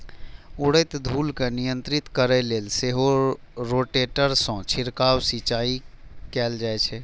उड़ैत धूल कें नियंत्रित करै लेल सेहो रोटेटर सं छिड़काव सिंचाइ कैल जाइ छै